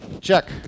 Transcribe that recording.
Check